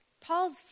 Paul's